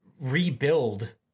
rebuild